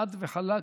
חד וחלק.